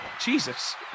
Jesus